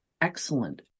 Excellent